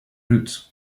routes